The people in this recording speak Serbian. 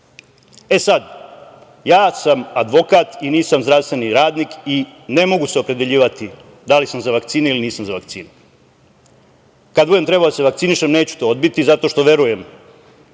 sad, ja sam advokat i nisam zdravstveni radnik i ne mogu se opredeljivati da li sam za vakcine ili nisam za vakcine. Kada bude trebalo da se vakcinišem neću to odbiti, zato što verujem